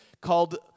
called